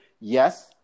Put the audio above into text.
Yes